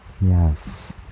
Yes